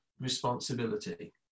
responsibility